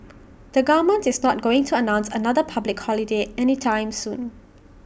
the government is not going to announce another public holiday anytime soon